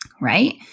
right